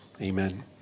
Amen